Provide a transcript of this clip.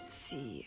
see